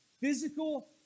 physical